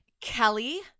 kelly